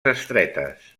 estretes